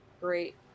Great